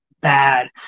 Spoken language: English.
bad